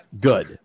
Good